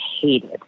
hated